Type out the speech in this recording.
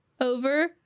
over